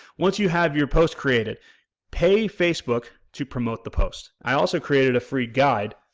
once you have your post created pay facebook to promote the post. i also created a free guide,